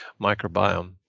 microbiome